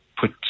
put